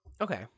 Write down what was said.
Okay